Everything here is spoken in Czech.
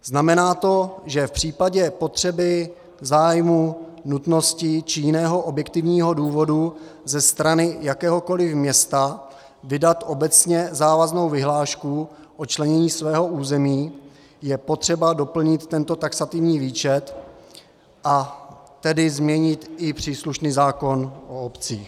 Znamená to, že v případě potřeby, zájmu, nutnosti či jiného objektivního důvodu ze strany jakéhokoliv města vydat obecně závaznou vyhlášku o členění svého území je potřeba doplnit tento taxativní výčet, a tedy změnit i příslušný zákon o obcích.